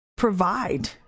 provide